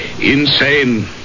insane